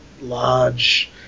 large